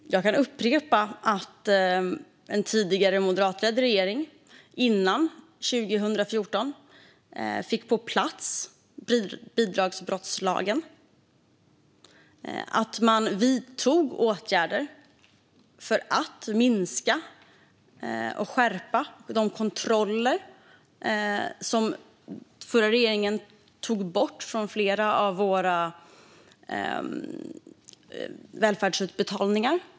Herr talman! Jag kan upprepa att en tidigare moderatledd regering innan 2014 fick bidragsbrottslagen på plats och att man vidtog åtgärder för att skärpa de kontroller som den förra regeringen tog bort från flera av våra välfärdsutbetalningar.